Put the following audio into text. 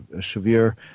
severe